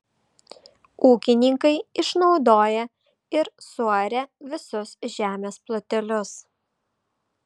ūkininkai išnaudoja ir suaria visus žemės plotelius